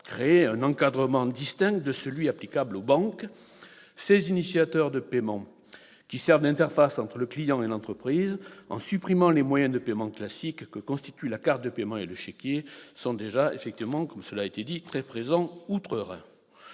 créer un encadrement distinct de celui qui est applicable aux banques. Ces initiateurs de paiement qui servent d'interface entre le client et l'entreprise en supprimant les moyens de paiement classiques que constituent la carte de paiement et le chéquier sont déjà très présents outre-Rhin.